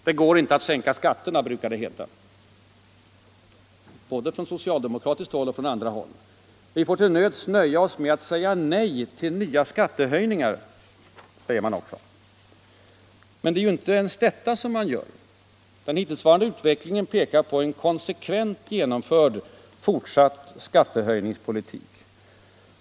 Det går inte att sänka skatterna, brukar det heta både från socialdemokratiskt håll och från andra håll. Vi får till nöds nöja oss med att säga nej till nya skattehöjningar, säger man också. Men det är ju inte ens detta som man gör. Den hittillsvarande utvecklingen pekar på en konsekvent genomförd fortsatt skattehöjningspolitik.